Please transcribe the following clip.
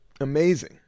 amazing